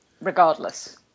regardless